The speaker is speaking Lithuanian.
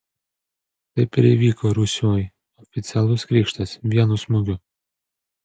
taip ir įvyko rusioj oficialus krikštas vienu smūgiu